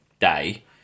day